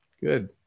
Good